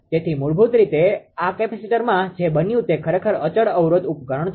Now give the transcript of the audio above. તેથી મૂળભૂત રીતે આ કેપેસિટરમાં જે બન્યું તે ખરેખર અચળ અવરોધ ઉપકરણ છે